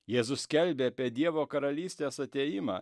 jėzus skelbia apie dievo karalystės atėjimą